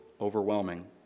overwhelming